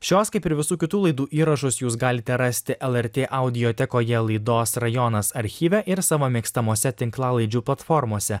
šios kaip ir visų kitų laidų įrašus jūs galite rasti lrt audijotekoje laidos rajonas archyve ir savo mėgstamose tinklalaidžių platformose